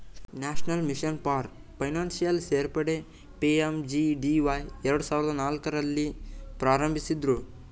national mission for financial ಸೇರ್ಪಡೆ PMJDY ಎರಡು ಸಾವಿರದ ಹದಿನಾಲ್ಕು ರಲ್ಲಿ ಪ್ರಾರಂಭಿಸಿದ್ದ್ರು